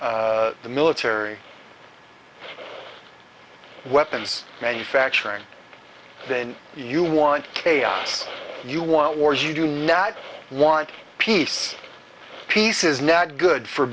the military weapons manufacturing you want chaos you want wars you do not want peace peace is not good for